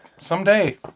someday